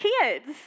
kids